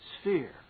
sphere